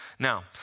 Now